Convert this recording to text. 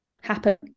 happen